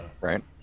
right